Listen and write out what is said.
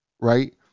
right